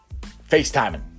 FaceTiming